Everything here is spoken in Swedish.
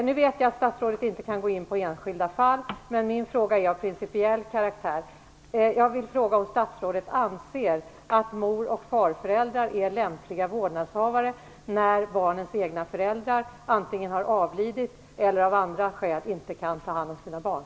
Jag vet att statsrådet inte kan gå in på enskilda fall, men min fråga är av principiell karaktär: Anser statsrådet att far och morföräldrar är lämpliga vårdnadshavare när barnets egna föräldrar antingen har avlidit eller av andra skäl inte kan ta hand om sina barn?